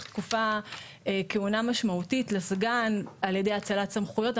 תקופת כהונה משמעותית לסגן על ידי האצלת סמכויות.